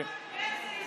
כל משבר זה הזדמנות.